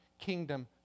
kingdom